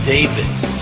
Davis